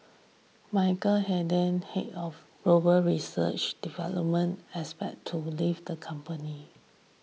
Michael Hayden head of global research development as expected to leave the company